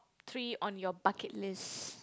three on your bucket list